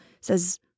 says